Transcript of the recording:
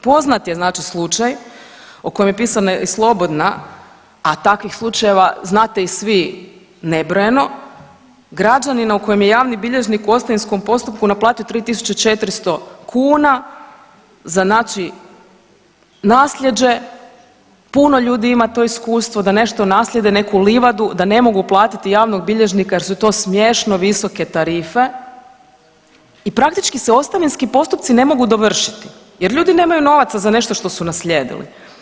Poznat je znači slučaj o kojem je pisana i slobodna, a takvih slučajeva znate i svi nebrojeno, građanina u kojem je javni bilježnik u ostavinskom postupku naplatio 3400 kuna za znači nasljeđe, puno ljudi ima to iskustvo, da nešto naslijede, neku livadu, da ne mogu platiti javnog bilježnika jer su to smiješno visoke tarife i praktički se ostavinski postupci ne mogu dovršiti jer ljudi nemaju novaca za nešto što su naslijedili.